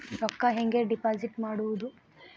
ರೊಕ್ಕ ಹೆಂಗೆ ಡಿಪಾಸಿಟ್ ಮಾಡುವುದು?